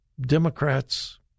Democrats